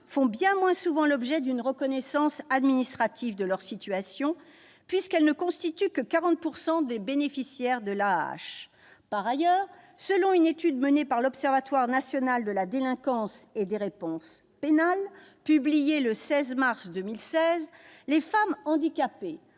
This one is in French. font bien moins souvent l'objet d'une reconnaissance administrative de leur situation, puisqu'elles ne constituent que 40 % des bénéficiaires de l'AAH. Par ailleurs, selon une étude menée par l'Observatoire national de la délinquance et des réponses pénales, publiée le 16 mars 2016, les femmes handicapées